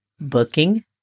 booking